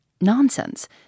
Nonsense